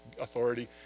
authority